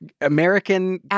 American